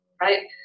right